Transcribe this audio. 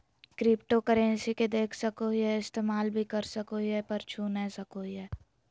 cryptocurrency के देख सको हीयै इस्तेमाल भी कर सको हीयै पर छू नय सको हीयै